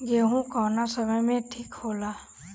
गेहू कौना समय मे ठिक होला?